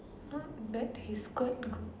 don't let his skirt go